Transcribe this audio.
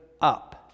up